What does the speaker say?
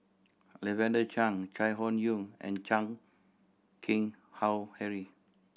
Lavender Chang Chai Hon Yoong and Chan Keng Howe Harry